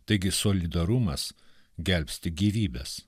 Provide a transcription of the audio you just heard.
taigi solidarumas gelbsti gyvybes